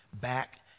back